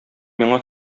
миңа